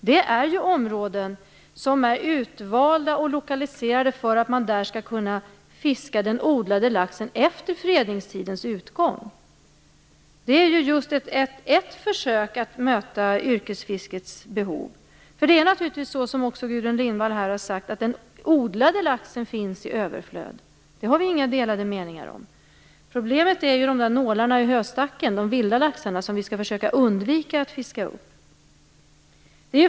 Det är områden som är utvalda och lokaliserade för att man där skall kunna fiska den odlade laxen efter fredningstidens utgång. Det är ett försök att möta yrkesfiskets behov. Som Gudrun Lindvall har påpekat finns den odlade laxen i överflöd. Det råder det inga delade meningar om. Problemet är de där nålarna i höstacken, de vilda laxarna som vi skall försöka undvika att fiska upp.